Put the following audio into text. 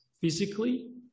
physically